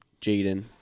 Jaden